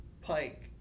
Pike